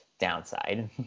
downside